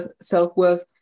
self-worth